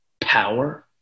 power